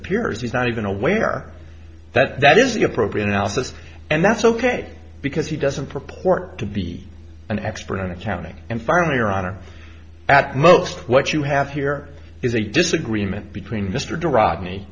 appears he's not even aware that that is the appropriate analysis and that's ok because he doesn't purport to be an expert on accounting and finally your honor at most what you have here is a disagreement between mr de r